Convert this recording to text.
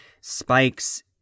spikes